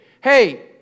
hey